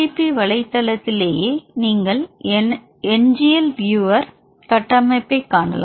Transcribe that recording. B வலைத்தளத்திலேயே நீங்கள் NGL viewer கட்டமைப்பைக் காணலாம்